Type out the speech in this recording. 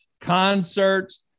Concerts